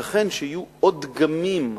ייתכן שיהיו עוד דגמים,